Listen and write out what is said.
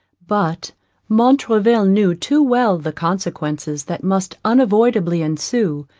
but montraville knew too well the consequences that must unavoidably ensue,